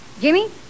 Jimmy